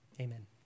Amen